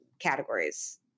categories